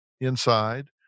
inside